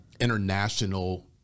international